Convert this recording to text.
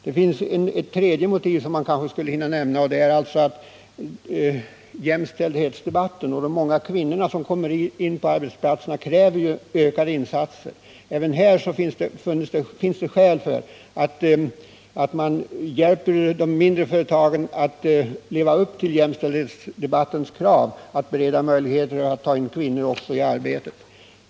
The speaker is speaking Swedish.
Det finns också ett tredje motiv, som jag kanske hinner nämna, nämligen jämställdhetsaspekten. De många kvinnorna som kommer in på arbetsplatserna kräver ökade miljöåtgärder. Även härvidlag finns det skäl för att man hjälper de mindre företagen att leva upp till jämställdhetsdebattens krav genom att bereda dem möjlighet att ta in kvinnor i arbetet.